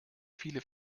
viele